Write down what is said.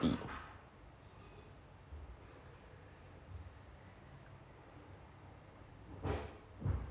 D